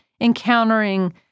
encountering